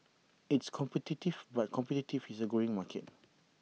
it's competitive but competitive is A growing market